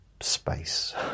space